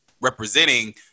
representing